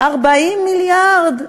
40 מיליארד,